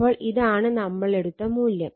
അപ്പോൾ ഇതാണ് നമ്മളെടുത്ത മൂല്യം